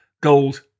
gold